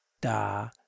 da